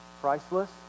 Priceless